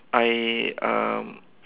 I um